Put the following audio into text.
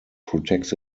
protects